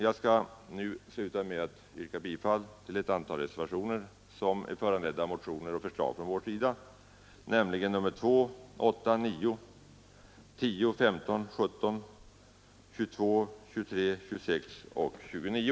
Jag yrkar bifall till ett antal reservationer som är föranledda av motioner och förslag från vår sida, nämligen reservationerna 2, 4 a, 8, 9, 10, 15, 17, 22, 23, 26 och 29.